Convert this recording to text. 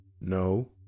No